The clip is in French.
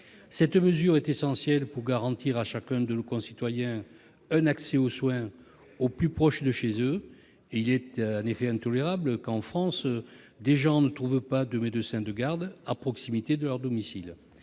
Cette mesure est essentielle pour garantir à chacun de nos concitoyens un accès aux soins, au plus proche de chez eux. Il est en effet intolérable qu'en France des gens ne trouvent pas de médecin de garde à proximité de leur domicile.